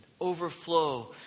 overflow